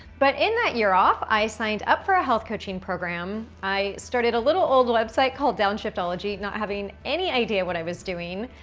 but in that year off, i signed up for a health coaching program. i started a little old website called, downshiftology not having any idea what i was doing.